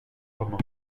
roman